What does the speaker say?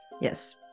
Yes